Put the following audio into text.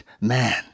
man